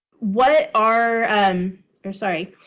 what are or, sorry.